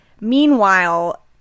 Meanwhile